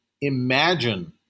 imagine